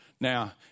Now